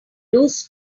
lose